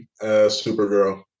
Supergirl